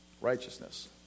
righteousness